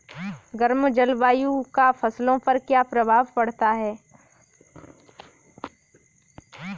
गर्म जलवायु का फसलों पर क्या प्रभाव पड़ता है?